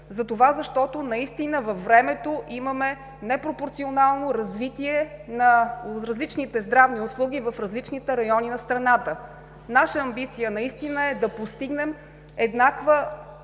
амбиция, защото наистина във времето имаме непропорционално развитие на различните здравни услуги в различните райони на страната. Амбицията ни е да постигнем еднаква